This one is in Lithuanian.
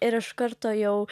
ir iš karto jau